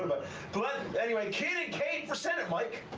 but anyway, kidd and cait for senate, mike.